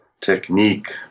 technique